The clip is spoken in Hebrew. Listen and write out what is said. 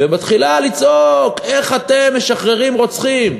ומתחילה לצעוק: איך אתם משחררים רוצחים?